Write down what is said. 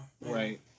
Right